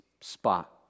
spot